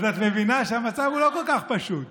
אז את מבינה שהמצב לא כל כך פשוט.